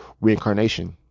reincarnation